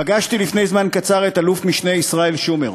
פגשתי לפני זמן קצר את אלוף-משנה ישראל שומר,